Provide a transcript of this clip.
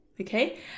okay